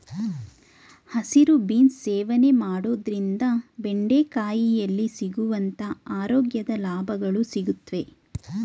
ಹಸಿರು ಬೀನ್ಸ್ ಸೇವನೆ ಮಾಡೋದ್ರಿಂದ ಬೆಂಡೆಕಾಯಿಯಲ್ಲಿ ಸಿಗುವಂತ ಆರೋಗ್ಯದ ಲಾಭಗಳು ಸಿಗುತ್ವೆ